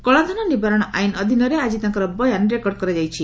କଳାଧନ ନିବାରଣ ଆଇନ୍ ଅଧୀନରେ ଆଜି ତାଙ୍କର ବୟାନ ରେକର୍ଡ କରାଯାଇଛି